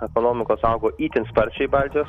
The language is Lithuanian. ekonomikos augo itin sparčiai baltijos